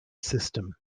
system